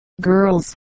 Girls